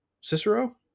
Cicero